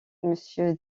monsieur